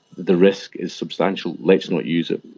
the risk is substantial, let's not use it.